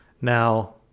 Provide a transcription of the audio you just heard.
Now